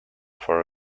for